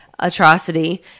atrocity